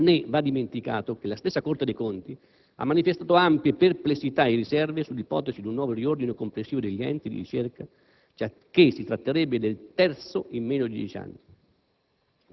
Né va dimenticato che la stessa Corte dei conti ha manifestato ampie perplessità e riserve sull'ipotesi di un nuovo riordino complessivo degli enti di ricerca, giacché si tratterebbe del terzo in meno di dieci anni.